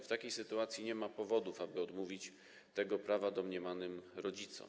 W takiej sytuacji nie ma powodów, aby odmówić tego prawa domniemanym rodzicom.